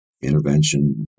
intervention